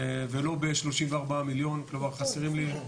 ולא ב-34 מיליון, כלומר חסרים לי,